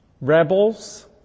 rebels